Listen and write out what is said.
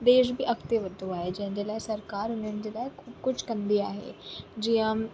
देश बि अॻिते वधंदो आहे जंहिंजे लाइ सरकारि उन्हनि जे लाइ कुझु कंदी आहे जीअं